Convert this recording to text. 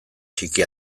txiki